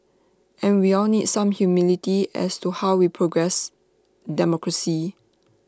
and we all need some humility as to how we progress democracy